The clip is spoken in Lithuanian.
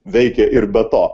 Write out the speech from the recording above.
veikė ir be to